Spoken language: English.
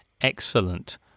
excellent